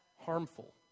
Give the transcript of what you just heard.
harmful